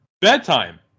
bedtime